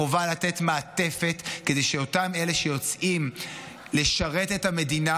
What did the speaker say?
חובה לתת מעטפת כדי שאותם אלה שיוצאים לשרת את המדינה